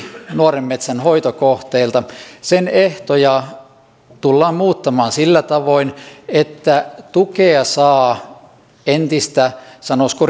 nuoren metsän hoitokohteilla sen ehtoja tullaan muuttamaan sillä tavoin että tukea saa entistä sanoisiko